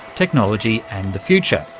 technology and the future.